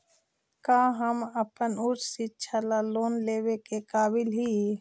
का हम अपन उच्च शिक्षा ला लोन लेवे के काबिल ही?